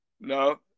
No